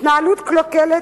התנהלות קלוקלת,